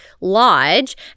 lodge